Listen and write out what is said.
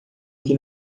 que